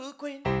queen